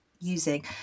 using